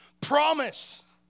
promise